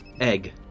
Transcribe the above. egg